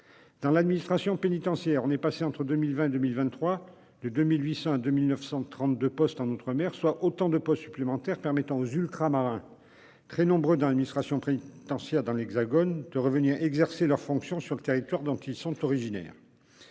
dans l'administration pénitentiaire, on est passé entre 2020 et 2023 de 2 800 à 2 932 postes en outre-mer, soit autant de postes supplémentaires permettant aux Ultramarins, très nombreux dans l'administration pénitentiaire, de revenir exercer leurs fonctions sur le territoire dont ils sont originaires.